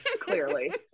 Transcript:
Clearly